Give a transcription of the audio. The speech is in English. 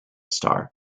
star